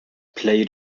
play